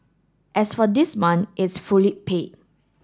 as for this month it's fully paid